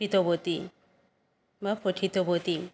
कृतवती वा पठितवती